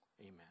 Amen